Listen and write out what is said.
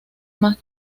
más